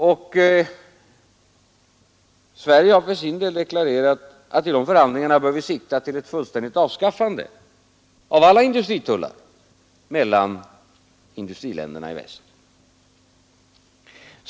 Tisdagen den Sverige har för sin del deklarerat att vid de förhandlingarna bör vi 12 december 1972 sikta till ett fullständigt avskaffande av alla industritullar mellan RR industriländerna i väst.